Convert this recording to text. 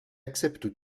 accepte